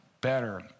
better